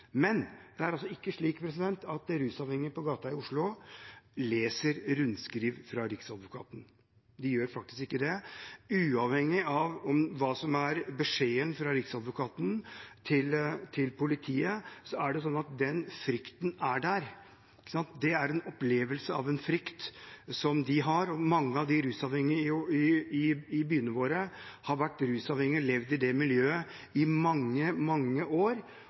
Men det er altså ikke slik at de rusavhengige på gata i Oslo leser rundskriv fra Riksadvokaten – de gjør faktisk ikke det. Uavhengig av hva som er beskjeden fra Riksadvokaten til politiet, er det sånn at den frykten er der. Det er en opplevelse av en frykt som de har. Mange av de rusavhengige i byene våre har vært rusavhengige og levd i det miljøet i mange, mange år,